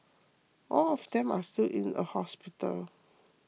all of them are still in a hospital